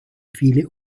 viele